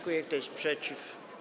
Kto jest przeciw?